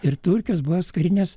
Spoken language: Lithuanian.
ir turkijos buvęs karinės